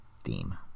theme